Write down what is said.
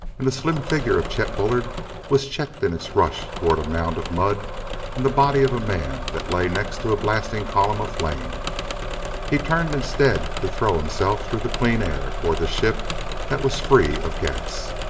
and the slim figure of chet bullard was checked in its rush toward a mound of mud and the body of a man that lay next to a blasting column of flame he turned instead to throw himself through the clean air toward the ship that was free of gas.